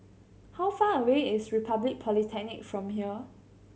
how far away is Republic Polytechnic from here